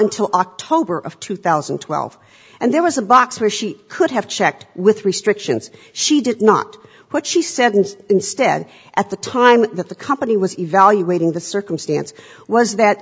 until october of two thousand and twelve and there was a box where she could have checked with restrictions she did not what she said and instead at the time that the company was evaluating the circumstance was that